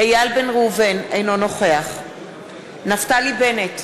ראובן, אינו נוכח אלי בן-דהן, בעד נפתלי בנט,